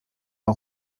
war